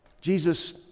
Jesus